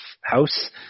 house